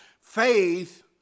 Faith